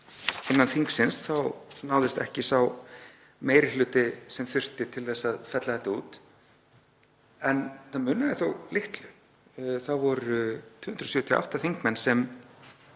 innan þingsins kom þá náðist ekki sá meiri hluti sem þurfti til að fella þetta út. Það munaði þó litlu. Það voru 278 þingmenn sem